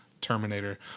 Terminator